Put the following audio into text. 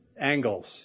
Angles